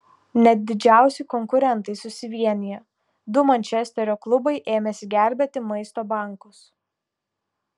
net didžiausi konkurentai susivienija du mančesterio klubai ėmėsi gelbėti maisto bankus